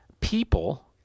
people